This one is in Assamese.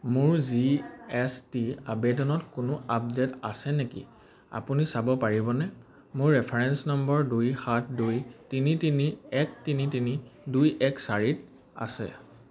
মোৰ জি এছ টি আবেদনত কোনো আপডেট আছে নেকি আপুনি চাব পাৰিবনে মোৰ ৰেফাৰেঞ্চ নম্বৰ দুই সাত দুই তিনি তিনি এক তিনি তিনি দুই এক চাৰিত আছে